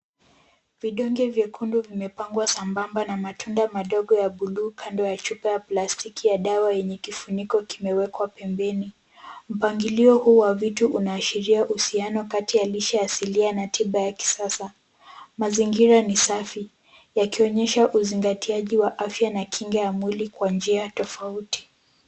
Vidonge vyekundu vimepangwa sambamba na matunda madogo ya buluu kando ya chupa ya plastiki ya dawa yanye kifuniko kimewekwa pembeni. Mpangilio huu wa vitu unaashiria uhusiano kati ya lishe asilia na tiba ya kisasa. Mazingira ni safi, yakionyesha uzingatiaji wa afya na kinga ya mwili kwa njia tofauti.